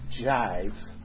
jive